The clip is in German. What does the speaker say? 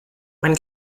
man